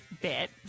bit